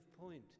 point